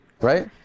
right